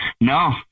No